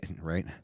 right